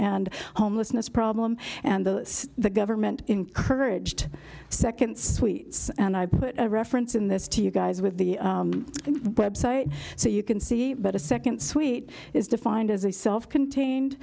and homelessness problem and the government encouraged second suites and i put a reference in this to you guys with the website so you can see that a second suite is defined as a self contained